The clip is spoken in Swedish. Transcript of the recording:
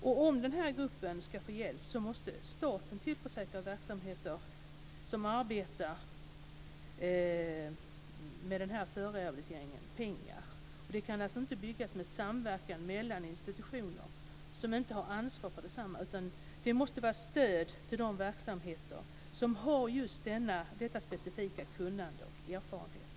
Och om denna grupp ska få hjälp måste staten tillförsäkra de verksamheter som arbetar med denna förrehabilitering pengar. Detta kan alltså inte byggas genom samverkan mellan institutioner som inte har ansvar för detsamma, utan det måste vara stöd till de verksamheter som har just detta specifika kunnande och denna erfarenhet.